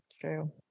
true